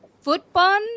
Football